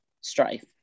strife